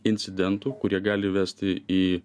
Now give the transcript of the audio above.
incidentų kurie gali vesti į